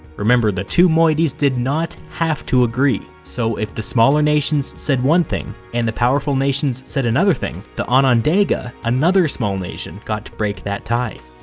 remember, the two moieties did not have to agree, so if the smaller nations said one thing, and the powerful nations said another thing, the onondaga, another small nation, got to break that tie.